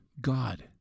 God